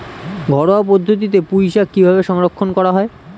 ঘরোয়া পদ্ধতিতে পুই শাক কিভাবে সংরক্ষণ করা হয়?